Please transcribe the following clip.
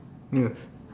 yes